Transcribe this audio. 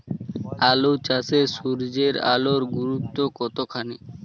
আলু চাষে সূর্যের আলোর গুরুত্ব কতখানি?